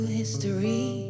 history